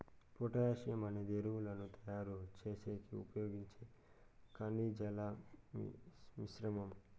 potassium అనేది ఎరువులను తయారు చేసేకి ఉపయోగించే ఖనిజాల మిశ్రమం